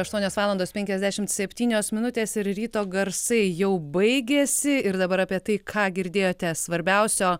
aštuonios valandos penkiasdešimt septynios minutės ir ryto garsai jau baigėsi ir dabar apie tai ką girdėjote svarbiausio